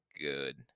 good